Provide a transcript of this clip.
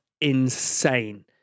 insane